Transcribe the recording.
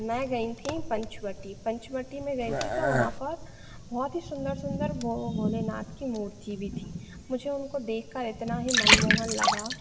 मैं गई थी पंचवटी पंचवटी में गई थी तो वहाँ पर बहुत ही सुन्दर सुन्दर भोलेनाथ की मूर्ति भी थी मुझे उनको देखकर इतना ही मनमोहन लगा